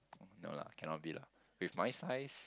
no lah cannot be lah with my size